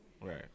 right